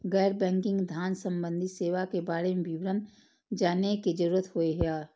गैर बैंकिंग धान सम्बन्धी सेवा के बारे में विवरण जानय के जरुरत होय हय?